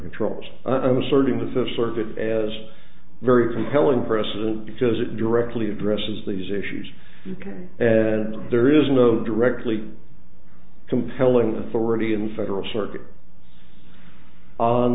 as a very compelling precedent because it directly addresses these issues and there is no directly compelling authority in federal circuit on